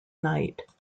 night